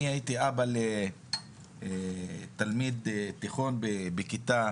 אני הייתי אבא לתלמיד תיכון בכיתה